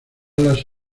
las